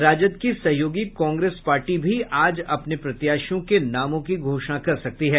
राजद की सहयोगी कांग्रेस पार्टी भी आज अपने प्रत्याशियों के नामों की घोषणा कर सकती है